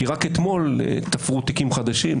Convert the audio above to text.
כי רק אתמול תפרו תיקים חדשים.